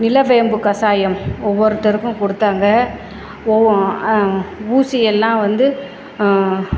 நிலவேம்பு கஷாயம் ஒவ்வொருத்தருக்கும் கொடுத்தாங்க ஒவ்வொ ஊசியெல்லாம் வந்து